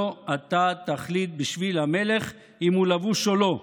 לא אתה תחליט בשביל המלך אם הוא לבוש או לא.